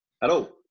Hello